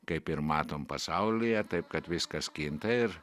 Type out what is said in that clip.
kaip ir matom pasaulyje taip kad viskas kinta ir